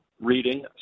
reading